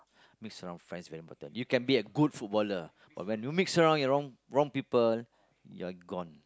mix around friends very important you can be a good footballer but when you mix around the wrong wrong people you are gone